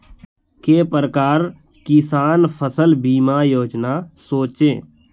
के प्रकार किसान फसल बीमा योजना सोचें?